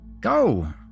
Go